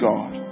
God